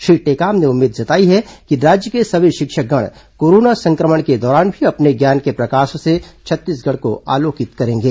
श्री टेकाम ने उम्मीद जताई है कि राज्य के सभी शिक्षकगण कोरोना संक्रमण के दौरान भी अपने ज्ञान के प्रकाश से छत्तीसगढ़ को आलोकित करेंगे